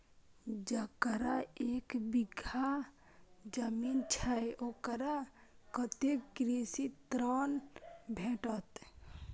जकरा एक बिघा जमीन छै औकरा कतेक कृषि ऋण भेटत?